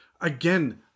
again